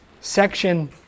section